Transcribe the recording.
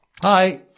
Hi